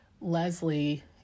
Leslie